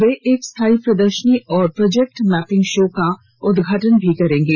वे एक स्थायी प्रदर्शनी और प्रोजैक्ट मैपिंग शो का उद्घाटन करेंगे